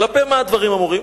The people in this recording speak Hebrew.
כלפי מה הדברים אמורים?